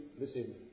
Listen